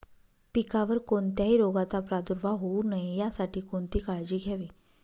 पिकावर कोणत्याही रोगाचा प्रादुर्भाव होऊ नये यासाठी कोणती काळजी घ्यावी?